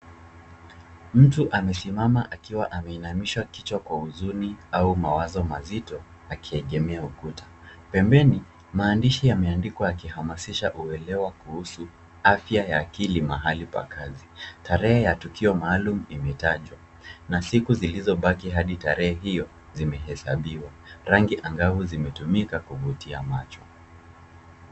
Mtu amesimama akiwa ameinamisha kichwa kwa huzuni au mawazo mazito akiegemea ukuta. Pembeni maandishi yameandikwa yakihamasisha uelewa kuhusu afya ya akili mahali pa kazi. Tarehe ya tukio maalum imetajwa na siku zilizobaki hadi tarehe hiyo zimehesabiwa. Rangi angavu zimetumika kuvutia macho.